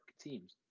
teams